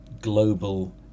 global